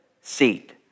seat